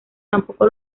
tampoco